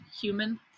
human